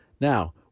Now